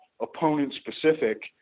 opponent-specific